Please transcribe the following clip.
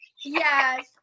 Yes